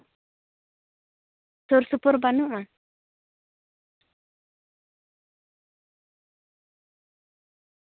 ᱥᱩᱨ ᱥᱩᱯᱩᱨ ᱵᱟᱹᱱᱩᱜᱼᱟ